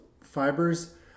fibers